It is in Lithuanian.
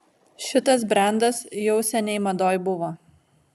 šitas brendas jau seniai madoj buvo